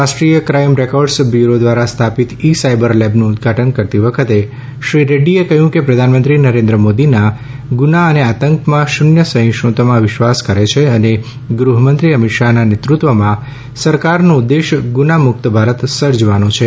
રાષ્ટ્રીય crime records bureau દ્વારા સ્થાપિત ઇ સાયબર લેબનું ઉદ્વાટન કરતી વખતે શ્રી રેક્રીએ કહ્યું કે પ્રધાનમંત્રી નરેન્દ્ર મોદી ગુના અને આતંકમાં શૂન્ય સહિષ્ણુતામાં વિશ્વાસ કરે છે અને ગૃહમંત્રી અમિત શાહના નેતૃત્વમાં સરકારનો ઉદ્દેશ ગુના મુક્ત ભારત સર્જવાનો છે